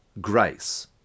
Grace